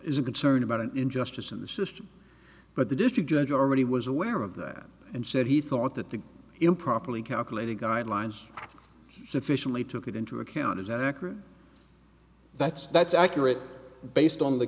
t concerned about an injustice of the system but the district judge already was aware of that and said he thought that the improperly calculated guidelines sufficiently took into account is accurate that's that's accurate based on the